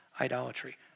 idolatry